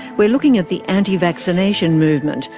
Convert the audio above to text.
we're looking at the anti-vaccination movement,